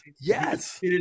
yes